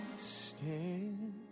stand